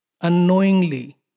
unknowingly